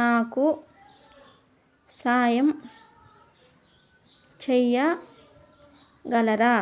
నాకు సాహాయం చేయగలరా